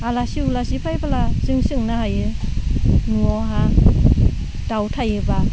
आलासि उलासि फायबोला जों संनो हायो न'आवहा दाउ थायोब्ला